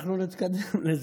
אנחנו נתקדם לזה.